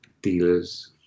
Dealers